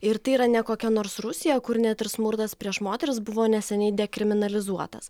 ir tai yra ne kokia nors rusija kur net ir smurtas prieš moteris buvo neseniai dekriminalizuotas